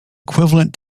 equivalent